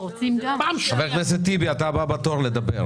אני רוצה להפציר בכם לבנות קמפיין של העלאת מודעות,